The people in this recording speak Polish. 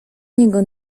niego